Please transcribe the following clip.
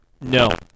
No